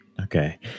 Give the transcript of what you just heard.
okay